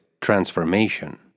transformation